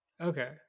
Okay